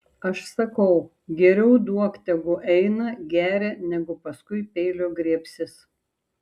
aš sakau geriau duok tegu eina geria negu paskui peilio griebsis